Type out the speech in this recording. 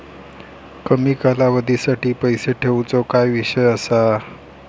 कमी कालावधीसाठी पैसे ठेऊचो काय विषय असा?